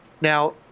now